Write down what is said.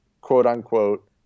quote-unquote